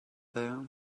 there